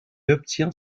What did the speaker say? obtient